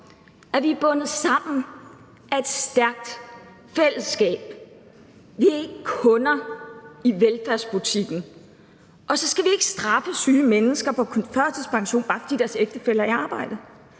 at vi er bundet sammen af et stærkt fællesskab. Vi er ikke kunder i velfærdsbutikken. Kl. 14:02 Så vi skal ikke straffe syge mennesker på førtidspension, bare fordi deres ægtefælle er i arbejde.